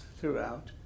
throughout